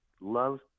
Love